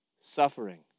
Suffering